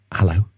hello